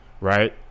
Right